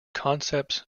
concepts